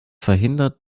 verhindert